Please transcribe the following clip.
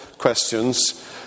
questions